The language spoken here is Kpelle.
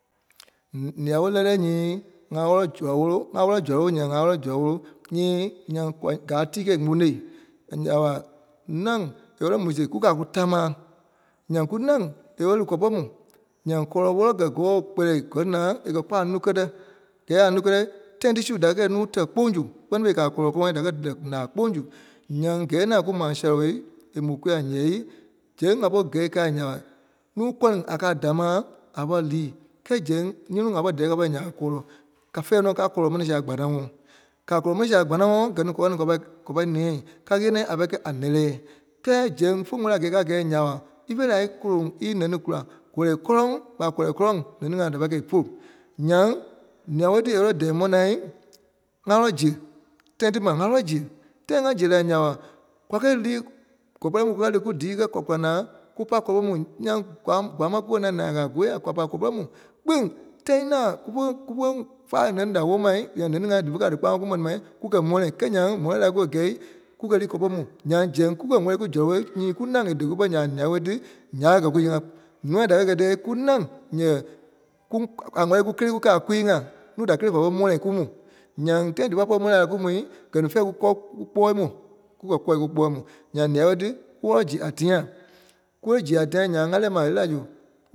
Lîa-wóo lɛ́lɛɛ nyii ŋa wɔlɔ zɔlɔ bo- ŋa wɔlɔ zɔlɔ nyaŋ ŋa ŋwɔlɔ zɔlɔ nyii nyaŋ kwa- káa tíi kɛ́ kponôi nya ɓa ńâŋ é wɔ́lɔ mu sia kúkɛ a kù támaa nyaŋ kunâŋ a wɔ́lɔ li kɔlɔ pɔrɔŋ mu. Nyaŋ kɔlɔ wɔ̀lɔ kɛ̀ kɔɔ Kpɛlɛɛ kɛ́ naa a kɛ̀ kpɔ a nuu kɛtɛ. Kɛ́ɛ a nuu kɛtɛ, tâi tí su da kɛ́ nuu tɛ̀ kpîŋ su kpɛ́ni fêi a kɛ a kɔlɔ kɔlɔŋɔɔ da kɛ̀ dɛ̀ naa kpîŋ su. Nyaŋ kɛ́ɛ naa kùmaa sɔlɔ bôi, é mò kúwaa ǹyeei, zɛŋ a pɔri kɛi káa nya ɓa nuui gɔ́liŋ a kɛ́ a dàmaa a pɔri lii, kɛɛ zɛŋ nyiŋi ŋa pɔri dɛɛ kapɔ́ nya ɓa kɔlɔ. Fɛ̃ɛ nɔ́ a kɔlɔ mɛni sìɣe a kpanaŋɔɔ. Ká kɔlɔ mɛni sìɣe a kpanaŋɔɔ gɛ-ní kwa káa ní- ní kwa pai nɛ̃ɛ. Káa ɣeniɛ a pai kɛ́ a nɛ̂lɛɛ. Kɛɛ zɛŋ fé wɛli kaa kɛi nya ɓa ífe lɛɛ a íkòloŋ ínɛni kula. Kɔlɛi kɔ́lɔŋ kpa kɔlɛi kɔlɔŋ nɛni-ŋai da pai kɛ́ ípolu. Nyaŋ lîa-woo tí a wɔ̀lɔ dɛ́ɛ pɔ́ naa, ŋá wɔ́lɔ ziɣe. Tâi tí ma ŋá wɔlɔ ziɣe, tâi ŋá ziɣe la nya ɓa kwa kɛ́ lii kɔlɔ pɛrɛ mu kùkɛ lii kùkɛ dii kɛi kwa kùla naa. Kú pa kɔlɔ pɔrɔŋ mu ǹyaa kwa- gwaa ma kù kɛ́ naa, naa kɔ́yai, kwa pai kɔlɔ pɛrɛ mu kpîŋ tâi naa kùfe- Kufe faâi nɛni da woo-ma, nyaŋ nɛnii-ŋai dífe kɛ̀-ní dí kpaaŋɔɔ kù mɛni maa, kùkɛ mɔ̃le. Kɛɛ nyȧŋ mɔ̃le-láa kùkɛ gɛi, kùkɛ lii kɔlɔ pɔrɔŋ mu. Nyaŋ zɛŋ kúkɛ wɛli kù zɔlɔ bo nyii kùnâŋ a dɛ̀ɛ kupɔ́ nya ɓa lîa-woo tí nya ɓe kɛ́ kùyee ŋa. Nùa da kɛ̀ kɛ́ gɛi díyɛɛ kunâŋ ǹyɛɛi, kù- a wɛli kù kélee kúkɛ a kwii-ŋai. Nùu da kélee fa pɔri mɔ̃le kù mu. Nyaŋ, tâi dífa pɔri la mɔ̃le kù mu, gɛ-ní fɛ̃ɛ kù kɔ́ ku kpɔɔi mu. Kukɛ kɔ̀ ku kpɔɔi mu. Nyaŋ lîa-woo tí ku wɔlɔ ziɣe a tɛyâŋ. Kù lɛɛ ziɣe a tɛyâŋ nyaŋ a lɛɛ la zu,